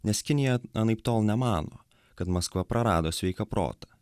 nes kinija anaiptol nemano kad maskva prarado sveiką protą